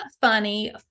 funny